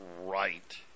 right